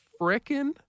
frickin